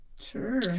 Sure